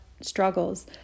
struggles